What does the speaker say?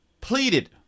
pleaded